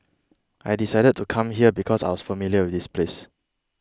I decided to come here because I was familiar with this place